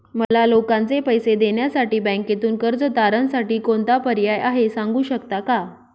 मला लोकांचे पैसे देण्यासाठी बँकेतून कर्ज तारणसाठी कोणता पर्याय आहे? सांगू शकता का?